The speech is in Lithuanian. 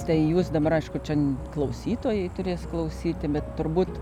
tai jūs dabar aišku čia klausytojai turės klausyti bet turbūt